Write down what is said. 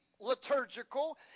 liturgical